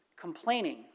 Complaining